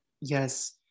yes